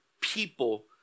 people